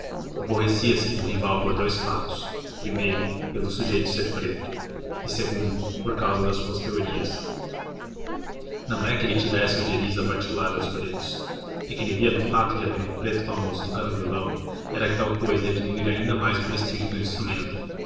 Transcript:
seu aborrecia-se com o rival por dous fatos primeiro pelo sujeito ser preto e segundo por causa das suas teorias não é que ele tivesse ojeriza particular aos pretos o que ele via no fato de haver um preto famoso tocar violão era que tal coisa ia diminuir ainda mais o prestígio do instrumento